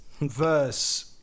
verse